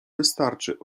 wystarczy